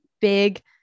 big